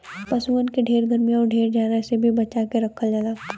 पसुअन के ढेर गरमी आउर ढेर जाड़ा से भी बचा के रखल जाला